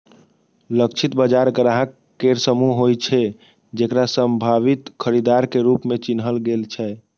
लक्षित बाजार ग्राहक केर समूह होइ छै, जेकरा संभावित खरीदार के रूप मे चिन्हल गेल छै